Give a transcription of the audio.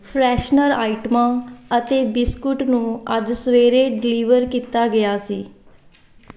freshener ਆਈਟਮਾਂ ਅਤੇ biscuit ਨੂੰ ਅੱਜ ਸਵੇਰੇ ਡਿਲੀਵਰ ਕੀਤਾ ਗਿਆ ਸੀ